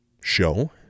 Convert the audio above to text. show